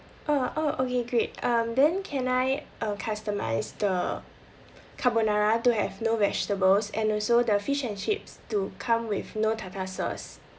oh uh okay great um then can I uh customise the carbonara to have no vegetables and also the fish and chips to come with no tartar sauce